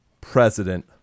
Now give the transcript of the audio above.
president